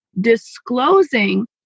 disclosing